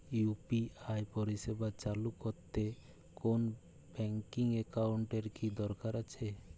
UPI পরিষেবা চালু করতে কোন ব্যকিং একাউন্ট এর কি দরকার আছে?